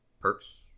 Perks